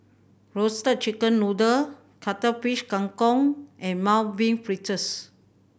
Roasted Chicken Noodle Cuttlefish Kang Kong and Mung Bean Fritters